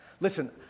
Listen